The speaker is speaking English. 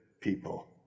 people